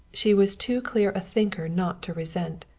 she was too clear a thinker not to resent.